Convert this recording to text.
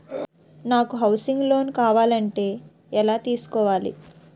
నాకు housing loan కావాలంటే ఎలా తీసుకోవాలి?